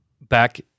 back